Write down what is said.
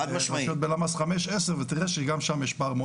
תסתכל בלמ"ס 5-10 ותראה שגם שם יש פער מאוד מאוד גדול.